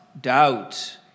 doubt